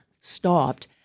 stopped